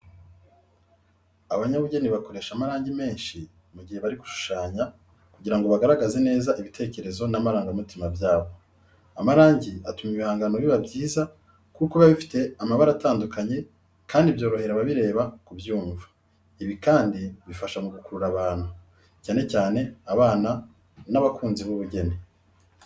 Abanyabugeni bakoresha amarangi menshi mu gihe bari gushushanya kugira ngo bagaragaze neza ibitekerezo n'amarangamutima byabo. Amarangi atuma ibihangano biba byiza, kuko biba bifite amabara atandukanye kandi byorohera ababireba kubyumva. Ibi kandi bifasha mu gukurura abantu, cyane cyane abana n'abakunzi b'ubugeni,